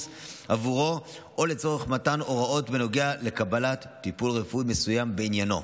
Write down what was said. עבורו או לצורך מתן הוראות בנוגע לקבלת טיפול רפואי מסוים בעניינו.